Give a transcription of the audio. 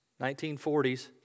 1940s